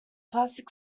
plastic